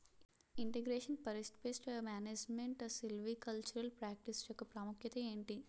integration forest pest management silvicultural practice యెక్క ప్రాముఖ్యత ఏంటి